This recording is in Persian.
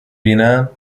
بینم